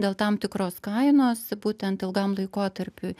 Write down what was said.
dėl tam tikros kainos būtent ilgam laikotarpiui